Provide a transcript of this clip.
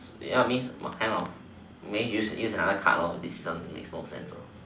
ya I means what kind of maybe use use another card lor this one makes no sense lah